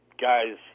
guys